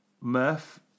Murph